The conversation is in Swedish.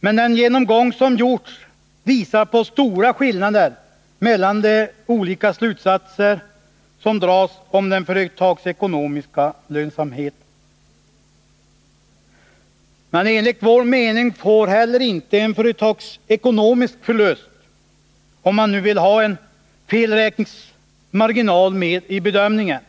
Men den genomgång som gjorts visar på stora skillnader mellan de olika slutsatser som dras om den företagsekonomiska lönsamheten. Enligt vår mening får inte en företagsekonomisk förlust, om man nu vill ha en felräkningsmarginal med i bedömningen,